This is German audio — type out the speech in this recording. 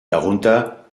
darunter